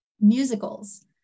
musicals